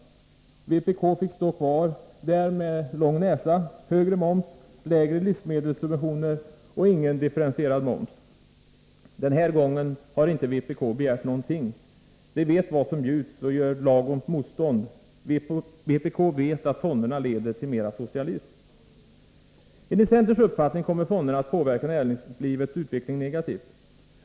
Vpk fick stå kvar där med lång Den här gången har vpk inte begärt någonting. Man vet vad som bjuds och gör lagom motstånd. Vpk vet att fonderna leder till mer socialism. Enligt centerns uppfattning kommer fonderna att påverka näringslivets utveckling negativt.